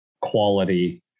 quality